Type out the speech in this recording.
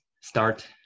start